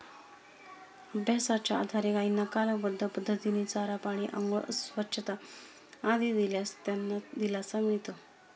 अभ्यासाच्या आधारे गायींना कालबद्ध पद्धतीने चारा, पाणी, आंघोळ, स्वच्छता आदी दिल्यास त्यांना दिलासा मिळतो